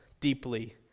deeply